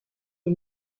des